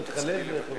אחריה, חבר